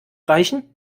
reichen